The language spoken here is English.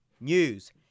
News